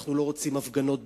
אנחנו לא רוצים הפגנות בירושלים.